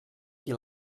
qui